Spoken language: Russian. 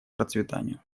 процветанию